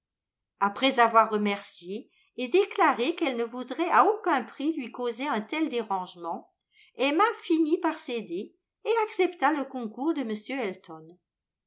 après avoir remercié et déclaré qu'elle ne voudrait à aucun prix lui causer un tel dérangement emma finit par céder et accepta le concours de m elton